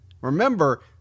Remember